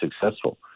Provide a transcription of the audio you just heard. successful